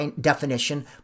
definition